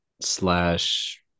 slash